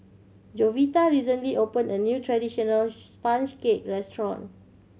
Jovita recently opened a new traditional sponge cake restaurant